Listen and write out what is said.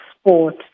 sport